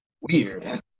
Weird